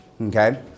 okay